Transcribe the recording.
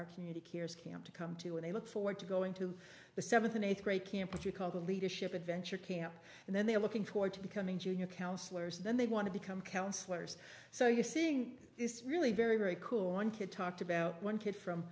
our community cares camp to come to and i look forward to going to the seventh and eighth grade campus you call the leadership adventure camp and then they are looking forward to becoming junior counselors then they want to become counsellors so you're seeing this really very very cool one kid talked about one kid from